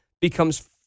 becomes